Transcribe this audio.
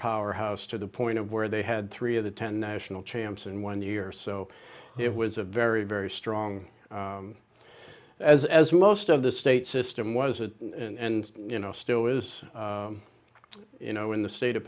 powerhouse to the point of where they had three of the ten national champs in one year so it was a very very strong as as most of the state system was it and you know still is you know in the state of